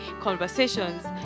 conversations